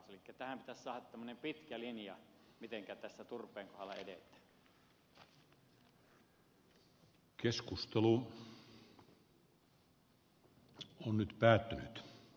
elikkä tähän pitäisi saada tämmöinen pitkä linja mitenkä tässä turpeen kohdalla edetään